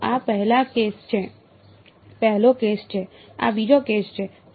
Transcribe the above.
તો આ પહેલો કેસ છે આ બીજો કેસ છે